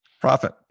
profit